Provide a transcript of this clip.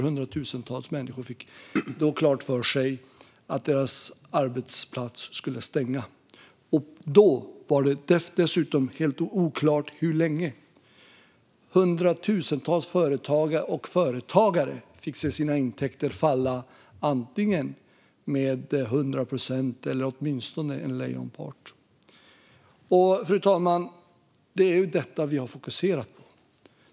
Hundratusentals människor fick klart för sig att deras arbetsplats skulle stänga. Då var det dessutom oklart hur länge. Hundratusentals företag och företagare fick se sina intäkter falla, med 100 procent eller åtminstone med en lejonpart. Fru talman! Det är detta vi har fokuserat på.